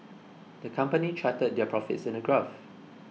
the company charted their profits in a graph